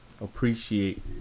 appreciate